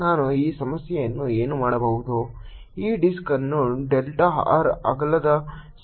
ನಾನು ಈ ಸಮಸ್ಯೆಯನ್ನು ಏನು ಮಾಡಬಹುದು ಈ ಡಿಸ್ಕ್ ಅನ್ನು ಡೆಲ್ಟಾ r ಅಗಲದ ಸಣ್ಣ ರಿಂಗ್ಗಳಾಗಿ ವಿಭಜಿಸಿ